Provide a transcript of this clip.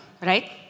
right